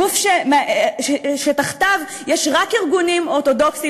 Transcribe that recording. גוף שתחתיו יש רק ארגונים אורתודוקסיים,